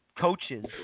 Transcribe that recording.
coaches